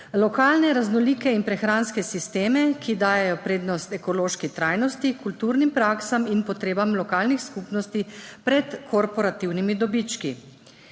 lokalne raznolike in prehranske sisteme, ki dajejo prednost ekološki trajnosti, kulturnim praksam in potrebam lokalnih skupnosti pred korporativnimi dobički.